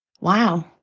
wow